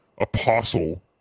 apostle